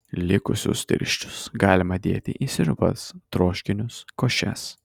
likusius tirščius galima dėti į sriubas troškinius košes